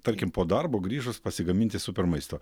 tarkim po darbo grįžus pasigaminti super maisto